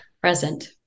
present